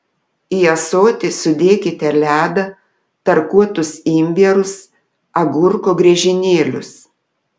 į ąsotį sudėkite ledą tarkuotus imbierus agurko griežinėlius